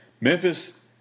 Memphis